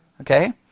Okay